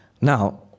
Now